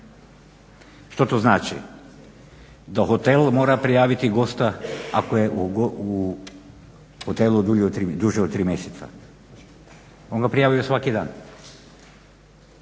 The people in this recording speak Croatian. Što to znači? Da hotel mora prijaviti gosta ako je u hotelu duže od 3 mjeseca? On ga prijavljuje svaki dan.